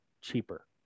cheaper